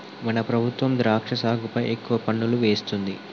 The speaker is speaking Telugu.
మన ప్రభుత్వం ద్రాక్ష సాగుపై ఎక్కువ పన్నులు వేస్తుంది